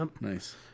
Nice